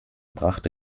brachte